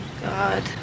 God